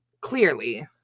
Clearly